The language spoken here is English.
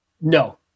no